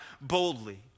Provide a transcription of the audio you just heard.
boldly